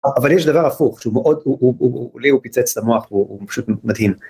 אבל יש דבר הפוך שהוא מאוד, הוא, הוא פיצץ ת'מוח, הוא פשוט מתאים.